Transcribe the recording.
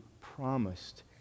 promised